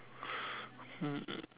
hmm